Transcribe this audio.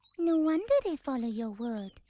no wonder they follow your word.